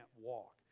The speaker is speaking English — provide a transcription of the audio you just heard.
walk